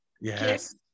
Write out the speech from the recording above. Yes